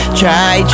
try